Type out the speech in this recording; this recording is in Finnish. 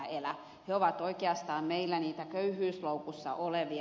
he ovat oikeastaan meillä niitä köyhyysloukussa olevia